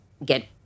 Get